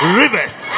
rivers